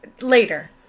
later